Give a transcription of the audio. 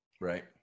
Right